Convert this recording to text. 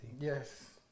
yes